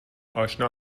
آشنا